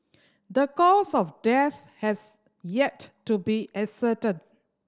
the cause of death has yet to be ascertained